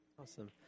Awesome